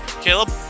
Caleb